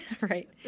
Right